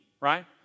right